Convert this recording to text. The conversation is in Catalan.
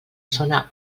zona